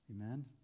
Amen